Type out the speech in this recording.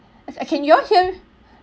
can can you all hear